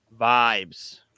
vibes